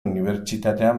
unibertsitatean